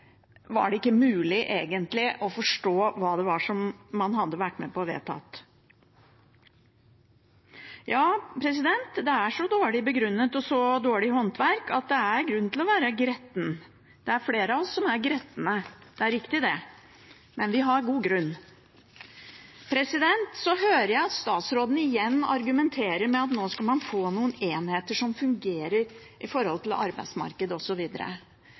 ikke var mulig egentlig å forstå hva man hadde vært med på å vedta. Ja, det er så dårlig begrunnet og så dårlig håndverk at det er grunn til å være gretten. Det er flere av oss som er gretne. Det er riktig det, men vi har god grunn. Jeg hører at statsråden igjen argumenterer med at nå skal man få noen enheter som fungerer når det gjelder arbeidsmarkedet